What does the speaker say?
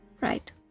Right